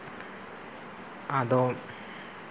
ᱟᱫᱚ